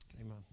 Amen